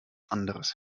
anderes